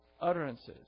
utterances